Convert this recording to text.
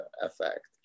effect